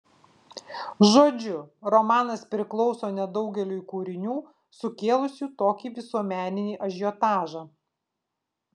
žodžiu romanas priklauso nedaugeliui kūrinių sukėlusių tokį visuomeninį ažiotažą